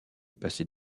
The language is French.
passait